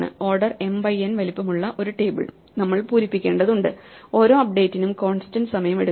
order m by n വലിപ്പം ഉള്ള ഒരു ടേബിൾ നമ്മൾ പൂരിപ്പിക്കേണ്ടതുണ്ട് ഓരോ അപ്ഡേറ്റിനും കോൺസ്റ്റന്റ് സമയമെടുക്കും